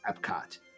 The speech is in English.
Epcot